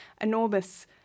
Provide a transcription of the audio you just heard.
enormous